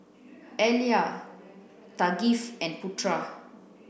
Alya Thaqif and Putra